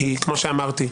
מתן יושב לידך,